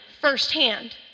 firsthand